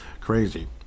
Crazy